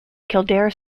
kildare